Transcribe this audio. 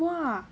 !wah!